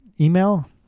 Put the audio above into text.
email